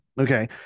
Okay